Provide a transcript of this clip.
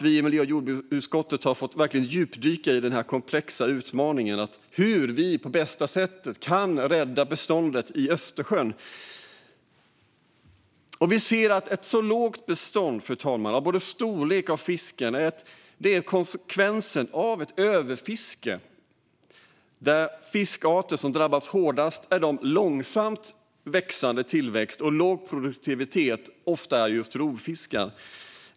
Vi i miljö och jordbruksutskottet har verkligen fått djupdyka i den komplexa utmaningen om hur vi på bästa sätt kan rädda beståndet i Östersjön. Vi ser ett lågt bestånd av fisk, fru talman. Det är konsekvensen av ett överfiske. De fiskarter som drabbas hårdast är de med långsam tillväxt och låg produktivitet, ofta rovfiskar.